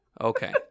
okay